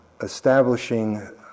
establishing